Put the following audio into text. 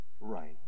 right